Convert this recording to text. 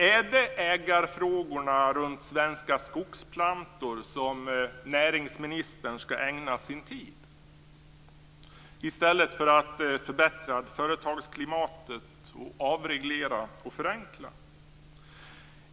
Är det ägarfrågorna runt Svenska Skogsplantor som näringsministern skall ägna sin tid åt, i stället för att förbättra företagsklimatet och avreglera och förenkla?